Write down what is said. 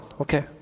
Okay